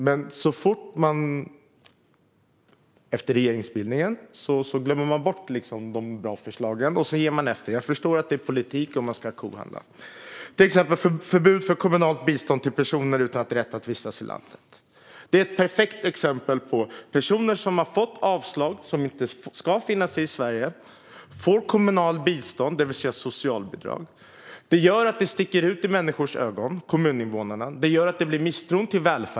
Men efter regeringsbildningen glömmer de bort de bra förslagen och ger efter. Jag förstår att det är politik och att det ska kohandlas. Förbud mot kommunalt bistånd till personer utan rätt att vistas i landet är ett perfekt exempel. Personer som har fått avslag och som inte ska befinna sig i Sverige får kommunalt bistånd, det vill säga socialbidrag. Detta sticker i kommuninvånarnas ögon. Det leder till att människor känner misstro till välfärden.